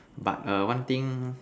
but err one thing